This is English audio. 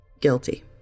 Guilty